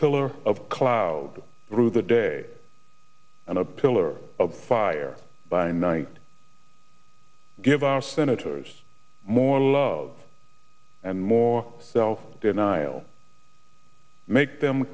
pillar of cloud through the day and a pillar of fire by night give our senators more love and more self denial make them